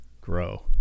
grow